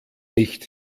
nicht